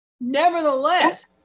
Nevertheless